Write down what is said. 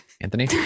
Anthony